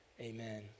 amen